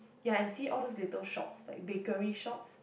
ya and see all those little shops like bakery shops